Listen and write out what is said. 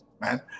man